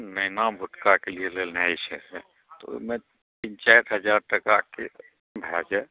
नेना भुटकाके लिअ लेनाइ छलै तऽ ओहिमे तीन चारि हजार टकाके भए जायत